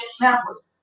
Indianapolis